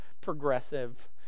progressive